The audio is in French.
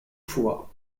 fois